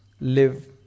live